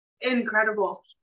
incredible